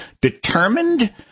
determined